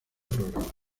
programada